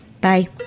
Bye